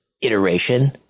iteration